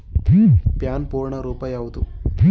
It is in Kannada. ಪ್ಯಾನ್ ಪೂರ್ಣ ರೂಪ ಯಾವುದು?